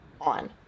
on